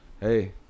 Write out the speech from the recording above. hey